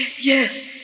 Yes